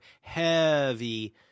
heavy